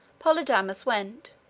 polydamas went,